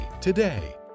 today